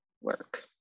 work